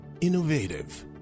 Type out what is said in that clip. Innovative